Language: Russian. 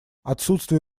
отсутствие